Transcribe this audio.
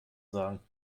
sagen